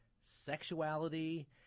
sexuality